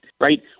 right